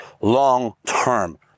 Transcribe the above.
long-term